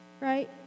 right